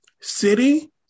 City